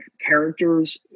characters